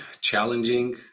challenging